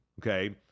okay